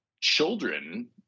children